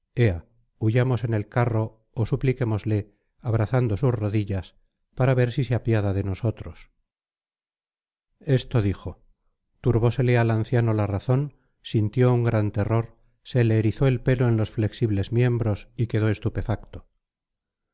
huyamos en el carro ó supliquémosle abrazando sus rodillas para ver si se apiada de nosotros esto dijo turbósele al anciano la razón sintió un gran terror se le erizó el pelo en los flexibles miembros y quedó estupefacto